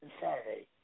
Saturday